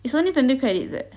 it's only twenty credit leh